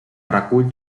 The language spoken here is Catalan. recull